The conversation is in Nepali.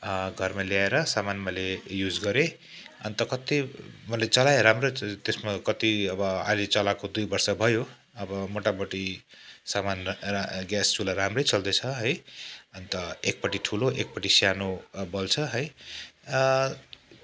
घरमा ल्याएर सामान मैले युज गरेँ अन्त कत्ति मैले चलाएँ राम्रो त्यसमा कत्ति अब अहिले चलाएको दुई वर्ष भयो अब मोटामोटी सामान ग्यास चुल्हा राम्रै चल्दैछ है अन्त एकपट्टि ठुलो एकपट्टि सानो बल्छ है